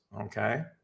Okay